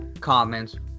comments